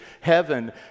Heaven